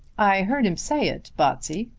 i heard him say it, botsey,